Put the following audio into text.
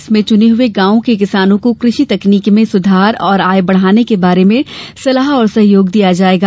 इसमें चुने हुये गांवों के किसानों को कृषि तकनीक में सुधार और आय बढ़ाने के बारे में सलाह और सहयोग दिया जायेगा